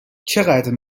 چقدر